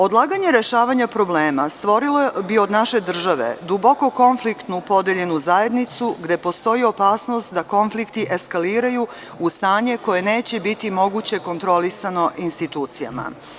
Odlaganje rešavanja problema stvorilo bi od naše države duboku konfliktnu podeljenu zajednicu gde postoji opasnost da konflikti eskaliraju u stanje koje neće biti moguće kontrolisati institucijama.